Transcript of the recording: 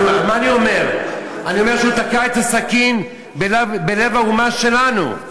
אני אומר שהוא תקע את הסכין בלב האומה שלנו,